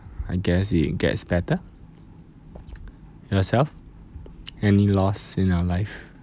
I guess it gets better yourself any loss in your life